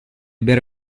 bere